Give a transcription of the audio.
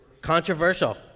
controversial